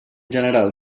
general